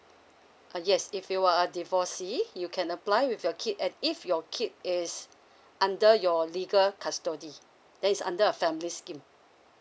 uh yes if you were a divorcee you can apply with your kid and if your kid is under your legal custody then is under a family scheme